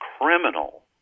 criminal